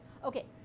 Okay